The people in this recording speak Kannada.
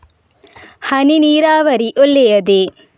ಹನಿ ನೀರಾವರಿ ಒಳ್ಳೆಯದೇ?